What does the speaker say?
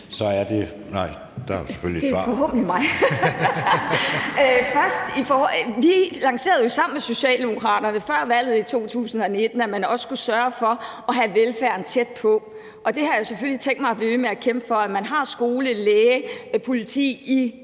for det. Så er der et svar. Kl. 13:21 Pia Olsen Dyhr (SF): Vi lancerede jo sammen med Socialdemokraterne før valget i 2019 det, at man også skulle sørge for at have velfærden tæt på, og jeg har selvfølgelig tænkt mig at blive ved med at kæmpe for, at man har en skole, læge og politi i